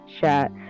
chat